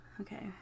Okay